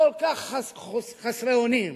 כל כך חסרי אונים,